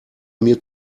mir